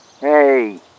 Hey